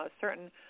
certain